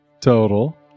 Total